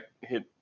hit